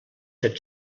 set